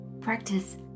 practice